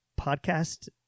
podcast